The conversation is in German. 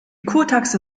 kurtaxe